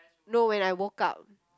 no when I woke up